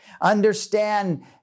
Understand